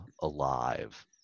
alive